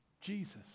Jesus